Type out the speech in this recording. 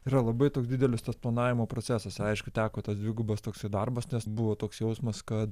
yra labai toks didelis tas planavimo procesas aišku teko tas dvigubas toksai darbas nes buvo toks jausmas kad